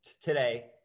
today